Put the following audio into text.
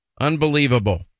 Unbelievable